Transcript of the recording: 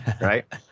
right